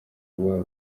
kuba